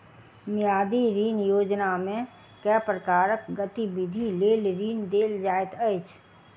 मियादी ऋण योजनामे केँ प्रकारक गतिविधि लेल ऋण देल जाइत अछि